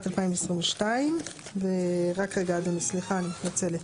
2021-2022 ורק רגע אדוני, סליחה, אני מתנצלת.